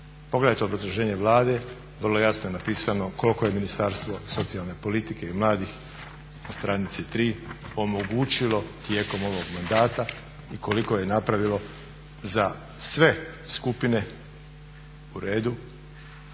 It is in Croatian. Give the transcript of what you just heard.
Pogledajte obrazloženje Vlade, vrlo je jasno napisano koliko je Ministarstvo socijalne politike i mladih na stranici 3 omogućilo tijekom ovog mandata i koliko je napravilo za sve skupine uredu,